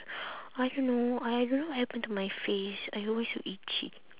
I don't know uh I don't know what happen to my face I always so itchy